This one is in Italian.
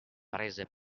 prese